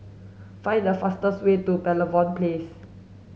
find the fastest way to Pavilion Place